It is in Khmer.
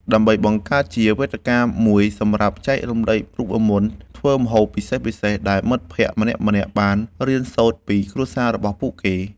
ដើម្បីបង្កើតជាវេទិកាមួយសម្រាប់ចែករំលែករូបមន្តធ្វើម្ហូបពិសេសៗដែលមិត្តភក្តិម្នាក់ៗបានរៀនសូត្រពីគ្រួសាររបស់ពួកគេ។